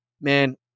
man